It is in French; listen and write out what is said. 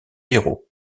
héros